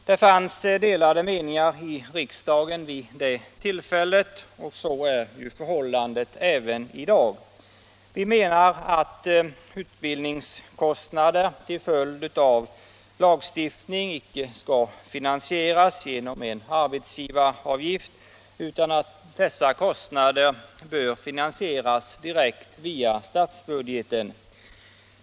Det fanns delade meningar i riksdagen vid det tillfället, och så är förhållandet även i dag. Vi menar att utbildningskostnader till följd av en lagstiftning icke skall finansieras genom en arbetsgivaravgift, utan dessa kostnader bör finansieras direkt via statsbudgeten.